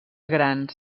grans